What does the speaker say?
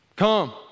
come